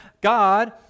God